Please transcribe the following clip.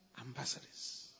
ambassadors